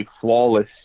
flawless